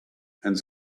and